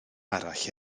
arall